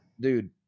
Dude